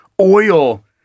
oil